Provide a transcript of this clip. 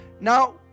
now